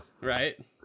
Right